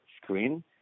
screen